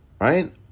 right